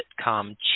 sitcom